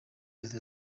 leta